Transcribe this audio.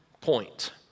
point